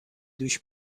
دوش